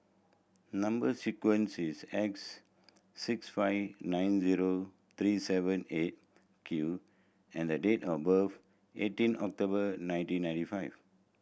number sequence is S six five nine zero three seven Eight Q and the date of birth eighteen October nineteen ninety five